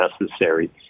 necessary